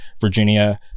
Virginia